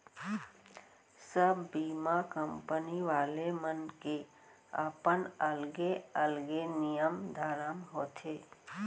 सब बीमा कंपनी वाले मन के अपन अलगे अलगे नियम धरम होथे